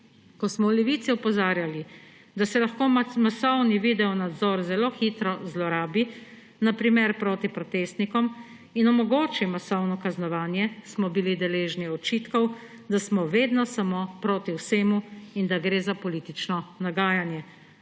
Ko smo v Levici opozarjali, da se lahko masovni videonadzor zelo hitro zlorabi, na primer proti protestnikom, in omogoči masovno kaznovanje, smo bili deležni očitkov, da smo vedno samo proti vsemu in da gre za politično nagajanje.